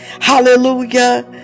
hallelujah